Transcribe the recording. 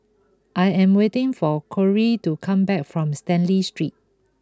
I am waiting for Corrie to come back from Stanley Street